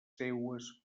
seues